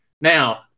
Now